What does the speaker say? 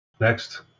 next